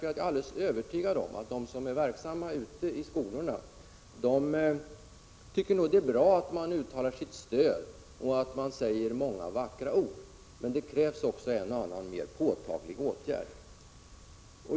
Jag är alldeles övertygad om att de som är verksamma ute i skolorna tycker att det är bra att vi uttalar vårt stöd och säger många vackra ord men att de också anser att det krävs en och annan mer påtaglig åtgärd.